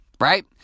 right